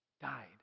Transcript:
died